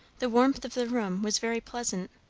the warmth of the room was very pleasant.